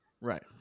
Right